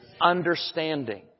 understanding